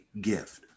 gift